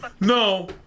no